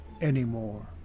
anymore